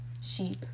sheep